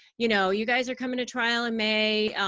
you know you guys are coming to trial in may.